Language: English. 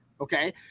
Okay